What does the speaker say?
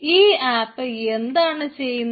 ഈ ആപ്പ് എന്താണ് ചെയ്യുന്നത്